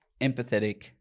empathetic